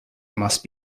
must